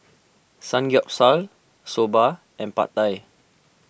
Samgeyopsal Soba and Pad Thai